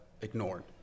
ignored